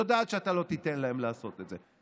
היא יודעת שאתה לא תיתן להם לעשות את זה.